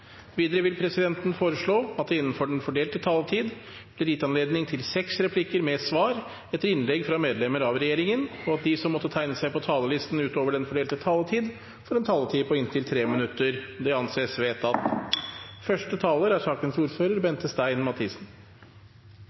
Videre vil presidenten foreslå at det – innenfor den fordelte taletid – blir gitt anledning til inntil seks replikker med svar etter innlegg fra medlemmer av regjeringen, og at de som måtte tegne seg på talerlisten utover den fordelte taletid, får en taletid på inntil 3 minutter. – Det anses vedtatt.